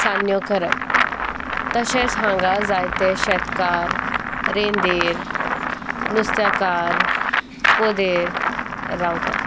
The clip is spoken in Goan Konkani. सांन्यो करप तशेंच हांगा जायते शेतकार रेंदेर नुस्त्याकार पोदेर रावता